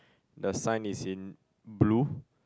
the sign is in blue